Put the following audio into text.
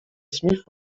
smith